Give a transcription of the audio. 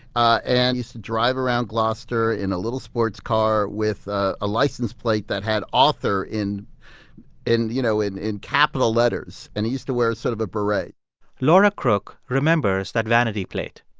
ah and he used to drive around gloucester in a little sports car with ah a license plate that had author in in you know, in in capital letters. and he used to wear sort of a beret laura crook remembers that vanity plate.